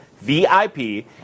VIP